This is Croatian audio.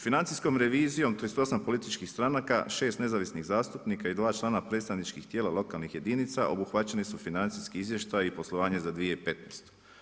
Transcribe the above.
Financijskom revizijom, 38 političkih stranaka, 6 nezavisnih zastupnika i 2 člana predstavničkih tijela lokalnih jedinica, obuhvaćeni su financijski izvještaji i poslovanje za 2015.